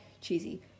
cheesy